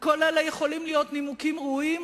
כל אלה יכולים להיות נימוקים ראויים,